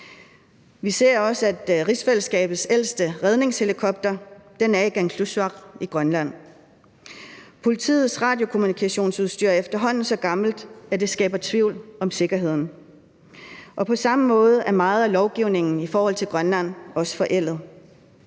Vi ser også, at rigsfællesskabets ældste redningshelikopter er i Kangerlussuaq i Grønland. Politiets radiokommunikationsudstyr er efterhånden så gammelt, at det skaber tvivl om sikkerheden, og på samme måde er meget af lovgivningen i forhold til Grønland også forældet.